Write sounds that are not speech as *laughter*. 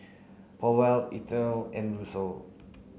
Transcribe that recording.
Powell Ethel and *unintelligible*